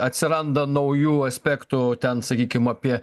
atsiranda naujų aspektų ten sakykim apie